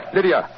Lydia